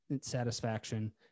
satisfaction